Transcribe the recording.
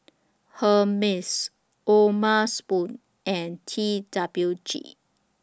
Hermes O'ma Spoon and T W G